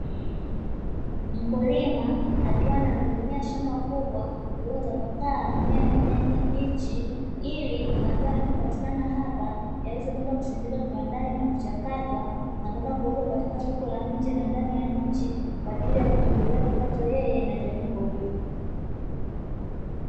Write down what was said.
Mkulima akiwa analihudumia shamba kubwa lililotapakaa mimea ya kijani kibichi, ili mazao yanayopatikana hapa yaweze kwenda kusindikwa kiwandani na kuchakatwa na kwenda kuuzwa katika soko la nje na ndani ya nchi kwa ajili ya kujiongezea kipato yeye na jamii kwa ujumla.